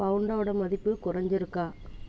பவுண்டோடய மதிப்பு குறைஞ்சுருக்கா